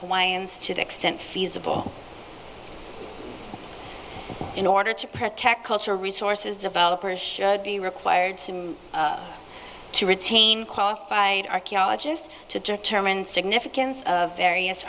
hawaiians to the extent feasible in order to protect cultural resources developers should be required to retain qualified archaeologists to determine significance of various